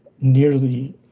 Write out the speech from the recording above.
nearly